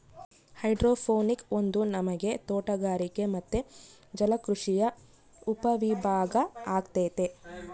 hydroponics ಒಂದು ನಮನೆ ತೋಟಗಾರಿಕೆ ಮತ್ತೆ ಜಲಕೃಷಿಯ ಉಪವಿಭಾಗ ಅಗೈತೆ